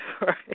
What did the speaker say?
Right